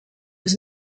was